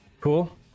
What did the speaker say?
Cool